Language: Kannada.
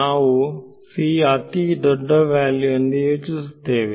ನಾವು c ಅತಿ ದೊಡ್ಡ ವ್ಯಾಲ್ಯೂ ಎಂದು ಯೋಚಿಸುತ್ತೇವೆ